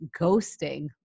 ghosting